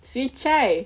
see chai